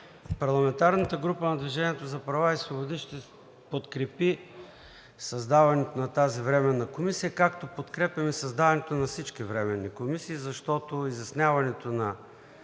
Парламентарната група на „Движение за права и свободи“ ще подкрепи създаването на тази временна комисия, както подкрепяме създаването на всички временни комисии, защото изясняването на